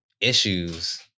issues